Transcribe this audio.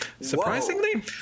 surprisingly